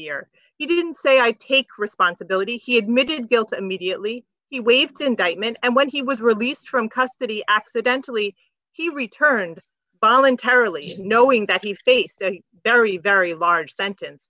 year he didn't say i take responsibility he admitted guilt immediately he waived indictment and when he was released from custody accidentally he returned voluntarily knowing that he faced a very very large sentence